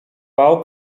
bał